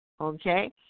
okay